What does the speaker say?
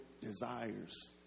desires